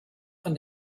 von